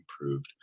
improved